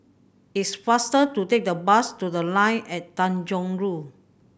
it's faster to take the bus to The Line at Tanjong Rhu